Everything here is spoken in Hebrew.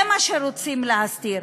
זה מה שרוצים להסתיר,